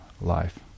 life